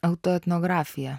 auto etnografija